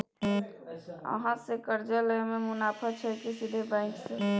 अहाँ से कर्जा लय में मुनाफा छै की सीधे बैंक से?